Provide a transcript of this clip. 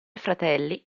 fratelli